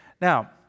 Now